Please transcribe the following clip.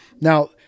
Now